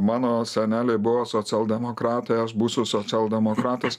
mano seneliai buvo socialdemokratai aš būsiu socialdemokratas